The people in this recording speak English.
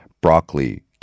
Broccoli